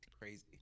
Crazy